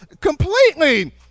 completely